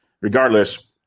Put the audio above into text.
Regardless